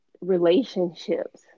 relationships